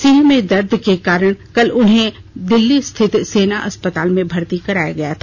सीने में दर्द के कारण कल उन्हें दिल्ली स्थित सेना अस्पताल में भर्ती कराया गया था